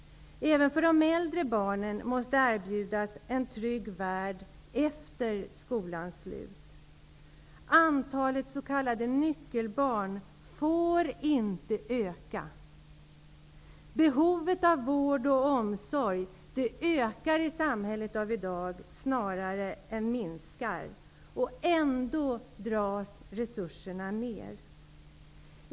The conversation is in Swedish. Även för de äldre barnen måste det erbjudas en trygg värld efter skolans slut. Antalet s.k. nyckelbarn får inte öka. Behovet av vård och omsorg ökar i samhället av i dag snarare än minskar. Ändå skärs resurserna ned.